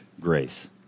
grace